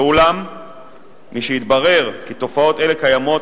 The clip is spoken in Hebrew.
ואולם משהתברר כי תופעות אלה קיימות,